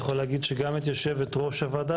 אני יכול להגיד שגם את יושבת ראש הוועדה